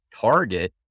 target